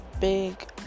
big